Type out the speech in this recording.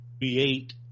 create